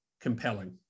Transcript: compelling